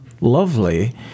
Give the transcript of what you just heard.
lovely